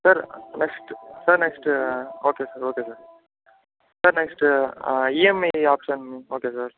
sir next sir next okay sir okay sir sir next EMI option okay sir